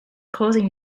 causing